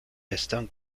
están